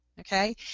Okay